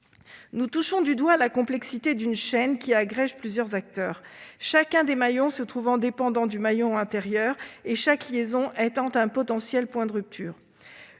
Nous touchons du doigt la complexité d'une chaîne qui agrège plusieurs acteurs, chacun des maillons se trouvant dépendant du maillon antérieur et chaque liaison constituant un potentiel point de rupture.